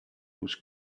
was